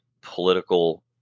political